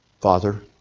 Father